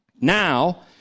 now